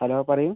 hello പറയൂ